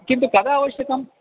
किन्तु कदा आवश्यकं